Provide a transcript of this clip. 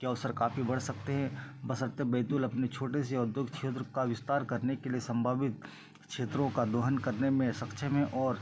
के अवसर काफ़ी बढ़ सकते हैं बशर्ते बैतूल अपने छोटे से औद्योग क्षेत्र का विस्तार करने के लिए संभावित क्षेत्रों का दोहन करने में सक्षम है और